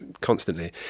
constantly